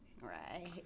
Right